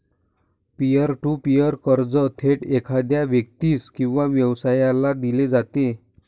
pier to peer कर्ज थेट एखाद्या व्यक्तीस किंवा व्यवसायाला दिले जाते